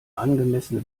angemessene